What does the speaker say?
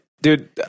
dude